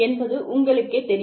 என்பது உங்களுக்கேத் தெரியும்